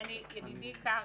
ידידי קרעי.